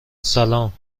سلام